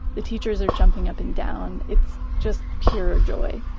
the teachers are jumping up and down. it's just pure joy